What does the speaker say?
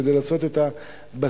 כדי לעשות את הבסיס,